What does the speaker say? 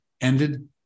ended